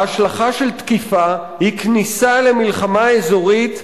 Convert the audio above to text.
ההשלכה של תקיפה היא כניסה למלחמה אזורית,